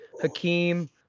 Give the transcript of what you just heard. Hakeem